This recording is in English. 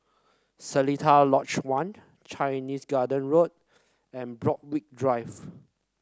Seletar Lodge One Chinese Garden Road and Borthwick Drive